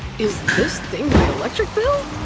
is this thing my electric bill?